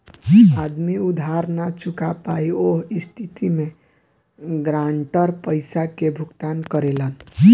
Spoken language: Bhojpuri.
आदमी उधार ना चूका पायी ओह स्थिति में गारंटर पइसा के भुगतान करेलन